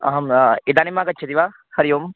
अहं इदानीम् आगच्छति वा हरिः ओम्